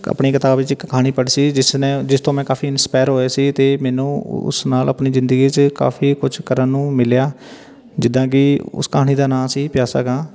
ਆਪਣੀ ਕਿਤਾਬ ਵਿੱਚ ਇੱਕ ਕਹਾਣੀ ਪੜ੍ਹੀ ਸੀ ਜਿਸ ਨੇ ਜਿਸ ਤੋਂ ਮੈਂ ਕਾਫੀ ਇੰਸਪਾਇਰ ਹੋਇਆ ਸੀ ਅਤੇ ਮੈਨੂੰ ਉਸ ਨਾਲ ਆਪਣੀ ਜ਼ਿੰਦਗੀ 'ਚ ਕਾਫੀ ਕੁਛ ਕਰਨ ਨੂੰ ਮਿਲਿਆ ਜਿੱਦਾਂ ਕਿ ਉਸ ਕਹਾਣੀ ਦਾ ਨਾਂ ਸੀ ਪਿਆਸਾ ਕਾਂ